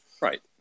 Right